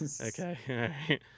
okay